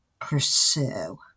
pursue